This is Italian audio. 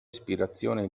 ispirazione